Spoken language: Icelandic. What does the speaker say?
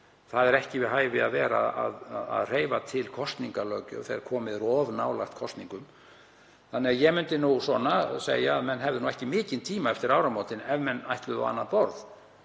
Það er ekki við hæfi að vera að hreyfa til kosningalöggjöf þegar komið er of nálægt kosningum þannig að ég myndi nú segja að menn hefðu ekki mikinn tíma eftir áramótin ef menn á annað borð